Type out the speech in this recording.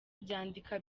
byandika